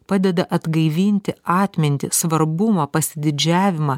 padeda atgaivinti atmintį svarbumą pasididžiavimą